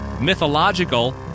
mythological